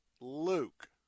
Luke